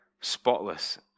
spotless